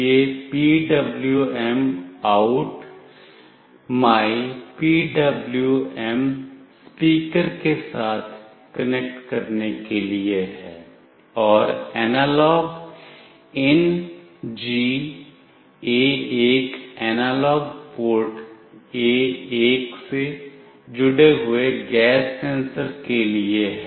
यह PWMOut mypwm speaker के साथ कनेक्ट करने के लिए है और AnalogIn G analog port A1 से जुड़े हुए गैस सेंसर के लिए है